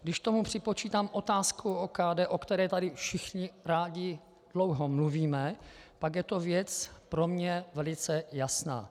Když k tomu připočítám otázku OKD, o které tady všichni rádi dlouho mluvíme, pak je to věc pro mě velice jasná.